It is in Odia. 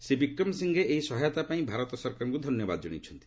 ଶ୍ରୀ ବିକ୍ରମସିଂଡେ ଏହି ସହାୟତାପାଇଁ ଭାରତ ସରକାରଙ୍କୁ ଧନ୍ୟବାଦ ଜଣାଇଛନ୍ତି